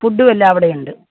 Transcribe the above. ഫുഡും എല്ലാം അവിടെയുണ്ട്